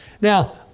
Now